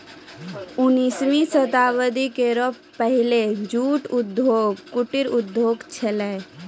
उन्नीसवीं शताब्दी केरो पहिने जूट उद्योग कुटीर उद्योग छेलय